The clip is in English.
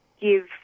give